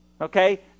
okay